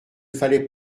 fallait